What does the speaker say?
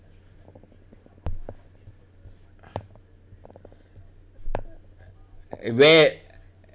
wear